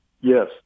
Yes